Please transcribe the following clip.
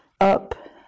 up